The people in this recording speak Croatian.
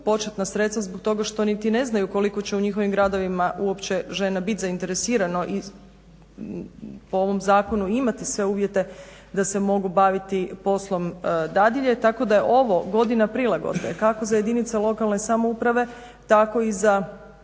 početna sredstva zbog toga što niti ne znaju koliko će u njihovim gradovima uopće žene biti zainteresirane po ovom zakonu i imati sve uvjete da se mogu baviti poslom dadilje, tako da je ovo godina prilagodbe kako za jedinice lokalne samouprave tako i za